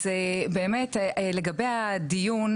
לגבי הדיון,